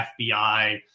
fbi